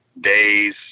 days